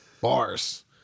Bars